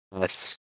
Yes